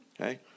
Okay